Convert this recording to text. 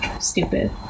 stupid